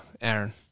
Aaron